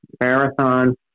marathon